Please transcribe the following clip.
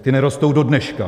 Ty nerostou dodneška.